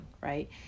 right